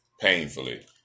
Painfully